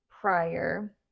prior